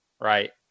Right